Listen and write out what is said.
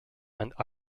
and